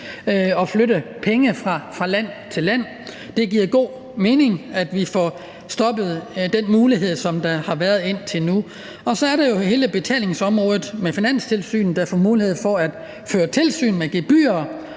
og flytte penge fra land til land. Det giver god mening, at vi får stoppet den mulighed, som der har været indtil nu. Så er der hele betalingsområdet med Finanstilsynet, der får mulighed for at føre tilsyn med gebyrer